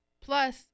plus